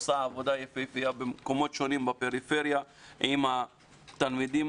שעושה עבודה יפהפייה במקומות שונים בפריפריה עם התלמידים